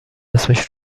اسمش